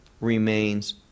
remains